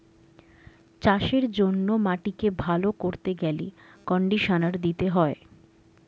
চাষের জন্য মাটিকে ভালো করতে গেলে কন্ডিশনার দিতে হয়